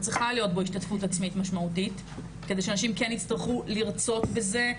צריכה להיות בו השתתפות עצמית משמעותית כדי שנשים כן יצטרכו לרצות בזה,